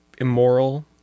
immoral